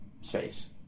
space